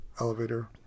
elevator